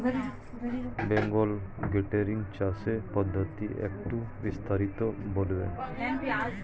বেঙ্গল গোটারি চাষের পদ্ধতি একটু বিস্তারিত বলবেন?